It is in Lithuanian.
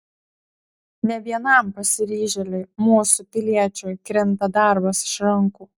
ne vienam pasiryžėliui mūsų piliečiui krinta darbas iš rankų